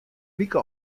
wike